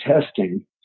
testing